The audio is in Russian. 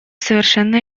совершенно